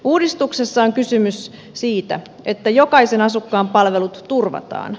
uudistuksessa on kysymys siitä että jokaisen asukkaan palvelut turvataan